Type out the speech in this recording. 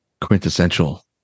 quintessential